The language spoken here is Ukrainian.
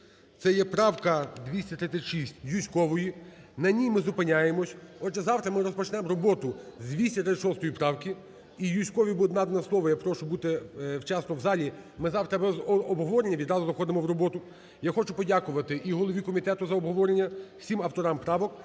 Це є правка 236 Юзькової. На ній ми зупиняємось. Отже, завтра ми розпочнемо роботу з 236 правки. І Юзьковій буде надано слово, я прошу бути вчасно в залі, ми завтра без обговорення відразу заходимо в роботу. Я хочу подякувати і голові комітету за обговорення, всім авторам правок.